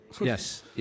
yes